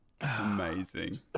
Amazing